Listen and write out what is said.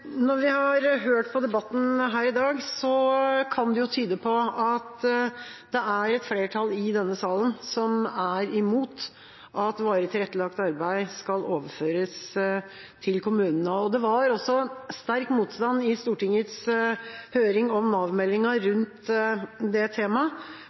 Når vi har hørt på debatten her i dag, kan det jo tyde på at det er et flertall i denne salen som er imot at varig tilrettelagt arbeid, VTA, skal overføres til kommunene. Det var også sterk motstand i Stortingets høring om